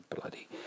bloody